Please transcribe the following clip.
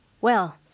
Well